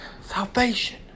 Salvation